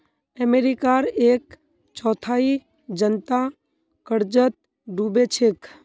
अमेरिकार एक चौथाई जनता कर्जत डूबे छेक